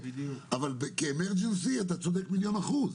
אבל כ'חירום' אתה צודק במיליון אחוזים,